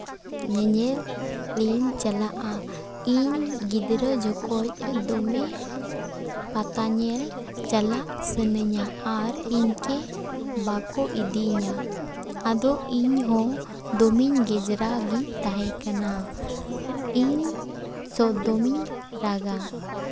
ᱧᱮᱧᱮᱞᱤᱧ ᱪᱟᱞᱟᱜᱼᱟ ᱤᱧ ᱜᱤᱫᱽᱨᱟᱹ ᱡᱚᱠᱷᱚᱡᱽ ᱫᱚᱢᱮ ᱯᱟᱛᱟ ᱧᱮᱞ ᱪᱟᱞᱟᱜ ᱥᱟᱱᱟᱧᱟ ᱟᱨ ᱤᱧ ᱠᱮ ᱵᱟᱠᱚ ᱤᱫᱤᱧᱟ ᱟᱫᱚ ᱤᱧ ᱦᱚᱸ ᱫᱚᱢᱮᱧ ᱜᱮᱡᱽᱨᱟ ᱜᱤᱧ ᱛᱟᱦᱮᱸᱠᱟᱱᱟ ᱤᱧ ᱥᱮ ᱫᱚᱢᱮᱧ ᱨᱟᱜᱟ